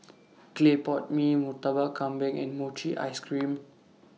Clay Pot Mee Murtabak Kambing and Mochi Ice Cream